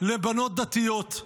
לבנות דתיות.